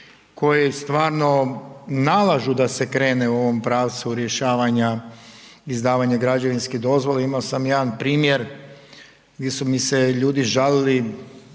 koje stvarno nalažu da se krene u ovom pravcu rješavanja izdavanja građevinskih dozvola. Imao sam jedan primjer gdje su mi se ljudi žalili,